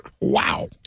Wow